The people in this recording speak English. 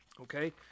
okay